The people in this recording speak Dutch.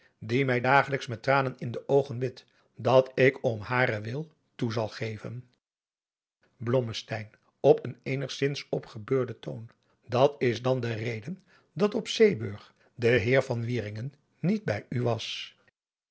die mij dagelijks met tranen in de oogen bidt dat ik om haren wil toe zal geven blommesteyn op een eenigzins opgebeurden toon dat is dan de reden dat op zeeburg de heer van wieringen niet bij u was